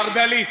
חרד"לית.